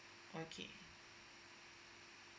okay